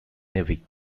navy